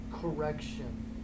correction